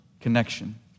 connection